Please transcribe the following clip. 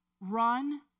run